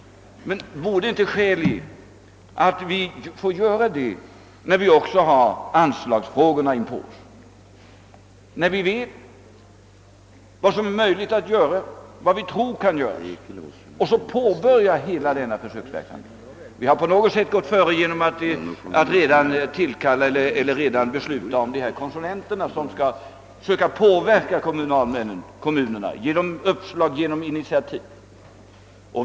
Men vore det inte skäl i att vi får göra det, när vi också har att ta ställning till anslagsfrågorna, när vi vet vad som är möjligt att göra och vad vi tror kan göras och sedan påbörja hela denna försöksverksamhet? Vi har i viss mån föregripit ställningstagandet genom att tillkalla konsulenter som skall hjälpa kommunerna genom uppslag och initiativ.